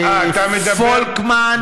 פולקמן,